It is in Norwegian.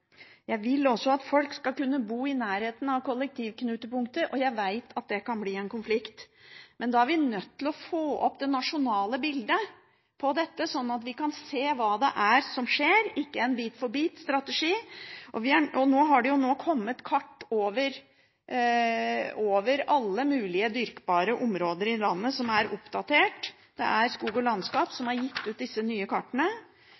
Jeg vil også at folk skal kunne bo i nærheten av kollektivknutepunktet, og jeg vet at det kan bli en konflikt, men da er vi nødt til å få opp det nasjonale bildet på dette, slik at vi kan se hva det er som skjer, ikke en bit-for-bit-strategi. Nå har det kommet kart som er oppdatert, over alle mulige dyrkbare områder i landet. Det er Skog og landskap som har gitt ut disse nye kartene.